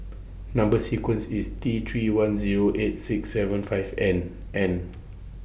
Number sequence IS T three one Zero eight six seven five N and